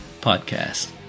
Podcast